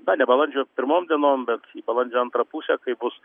dar ne balandžio pirmom dienom bet į balandžio antrą pusę kaip bus